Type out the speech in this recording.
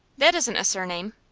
that isn't a surname.